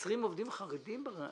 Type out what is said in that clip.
עובדים חרדים?